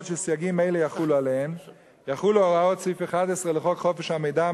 שסייגים אלה יחולו עליהן יחולו הוראות סעיף 11 לחוק חופש המידע,